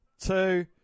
two